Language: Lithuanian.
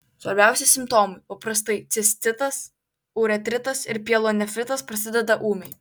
svarbiausi simptomai paprastai cistitas uretritas ir pielonefritas prasideda ūmiai